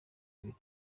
ibiri